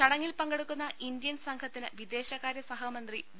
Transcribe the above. ചടങ്ങിൽ പങ്കെടുക്കുന്ന ഇന്ത്യൻ സംഘത്തിന് വിദേശകാര്യ സഹ മന്ത്രി വി